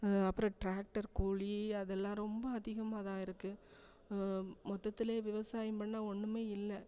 அப்புறம் ட்ராக்டர் கூலி அதெல்லாம் ரொம்ப அதிகமாகதான் இருக்குது மொத்தத்தில் விவசாயம் பண்ணிணா ஒன்றுமே இல்லை